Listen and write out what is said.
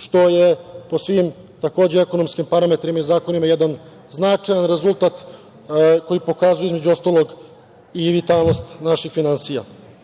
što je po svim takođe, ekonomskim parametrima i zakonima jedan značajan rezultat koji pokazuje između ostalog i vitalnost naših finansija. Predlog